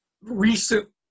recent